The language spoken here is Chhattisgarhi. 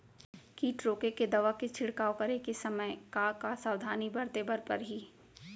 किट रोके के दवा के छिड़काव करे समय, का का सावधानी बरते बर परही?